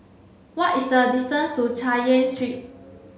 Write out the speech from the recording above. what is the distance to Chay Yan Street